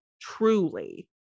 truly